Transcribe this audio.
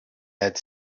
had